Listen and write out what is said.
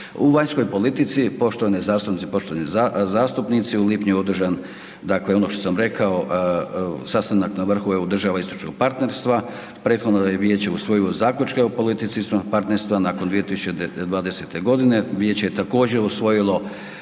U vanjskoj politici, poštovane zastupnice i poštovani zastupnici u lipnju je održan, dakle ono što sam rekao, sastanak na vrhu EU država i stručnog partnerstva. Prethodno je EU vijeće usvojilo zaključke o politici svog partnerstva, nakon 2020.g. vijeće je također usvojilo